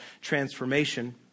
transformation